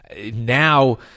now